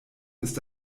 ist